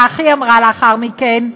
כך היא אמרה לאחר מכן,